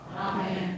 Amen